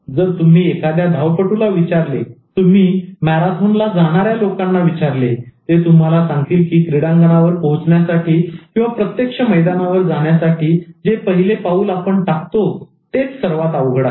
जर तुम्ही एखाद्या धावपटूला विचारले जर तुम्ही मॅराथॉनला जाणाऱ्या लोकांना विचारले ते तुम्हाला सांगतील की क्रीडांगणावर पोहोचण्यासाठी किंवा प्रत्यक्ष मैदानावर जाण्यासाठी जे पहिले पाऊल आपण टाकतो तेच सर्वात अवघड असते